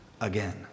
again